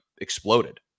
exploded